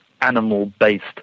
animal-based